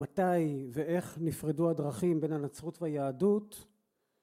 מתי ואיך נפרדו הדרכים בין הנצרות והיהדות